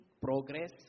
progress